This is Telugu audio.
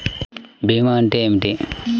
భీమా అంటే ఏమిటి?